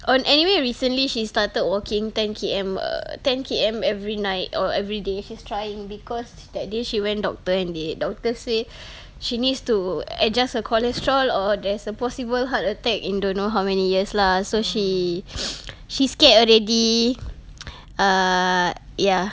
on anyway recently she started walking ten K_M err ten K_M every night or every day she's trying because that day she went doctor and the doctor say she needs to adjust her cholesterol or there's a possible heart attack in don't know how many years lah so she she scared already err ya